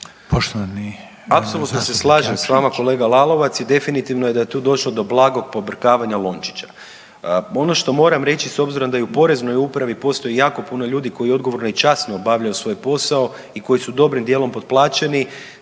Apsolutno se slažem sa vama kolega Lalovac i definitivno je da je tu došlo do blagog pobrkavanja lončića. Ono što moram reći s obzirom da i u Poreznoj upravi postoji jako puno ljudi koji odgovorno i časno obavljaju svoj posao i koji su dobrim dijelom potplaćeni,